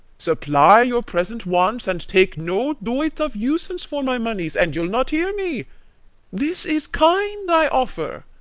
supply your present wants, and take no doit of usance for my moneys, and you'll not hear me this is kind i offer.